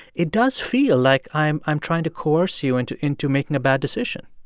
it does feel like i'm i'm trying to coerce you into into making a bad decision